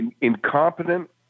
Incompetent